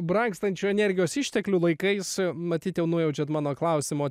brangstančių energijos išteklių laikais matyt jau nujaučiau mano klausimo